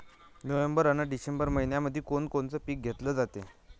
November अन December मइन्यामंधी कोण कोनचं पीक घेतलं जाते?